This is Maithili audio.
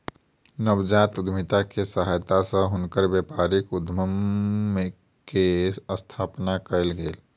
नवजात उद्यमिता के सहायता सॅ हुनकर व्यापारिक उद्यम के स्थापना कयल गेल